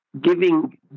giving